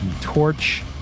Torch